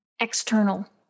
external